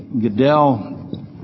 Goodell